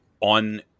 on